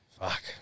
Fuck